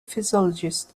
psychologist